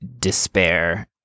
despair